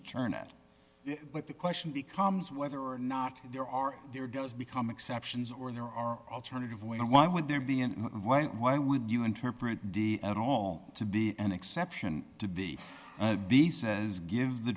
turn it but the question becomes whether or not there are there does become exceptions or there are alternative ways of why would there be in white why would you interpret d at all to be an exception to be be says give the